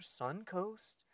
Suncoast